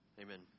Amen